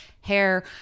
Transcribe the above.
hair